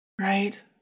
Right